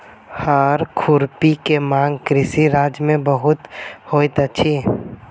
हअर खुरपी के मांग कृषि राज्य में बहुत होइत अछि